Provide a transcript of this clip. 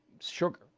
sugar